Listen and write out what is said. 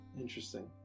Interesting